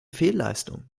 fehlleistung